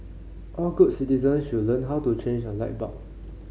all good citizens should learn how to change a light bulb